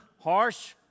harsh